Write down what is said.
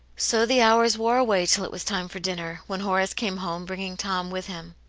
so the hours wore away till it was time for dinner, when horace came home, bringing tom with him.